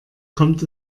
kommt